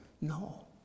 No